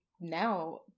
now